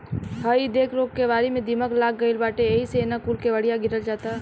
हइ देख तोर केवारी में दीमक लाग गइल बाटे एही से न कूल केवड़िया गिरल जाता